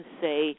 say